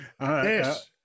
Yes